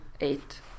eight